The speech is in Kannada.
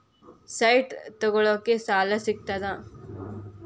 ಸೈಟ್ ತಗೋಳಿಕ್ಕೆ ಸಾಲಾ ಸಿಗ್ತದಾ?